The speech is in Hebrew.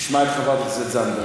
נשמע את חברת הכנסת זנדברג.